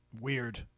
Weird